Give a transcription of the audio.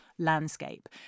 landscape